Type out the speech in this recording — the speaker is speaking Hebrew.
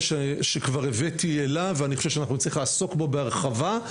ואני חושב שאנחנו נצטרך לעסוק בו בהרחבה.